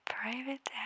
private